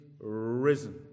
risen